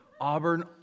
Auburn